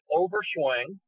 overswing